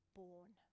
born